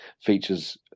features